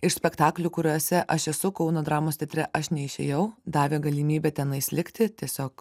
iš spektaklių kuriuose aš esu kauno dramos teatre aš neišėjau davė galimybę tenais likti tiesiog